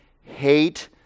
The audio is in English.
hate